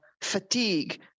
fatigue